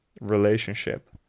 relationship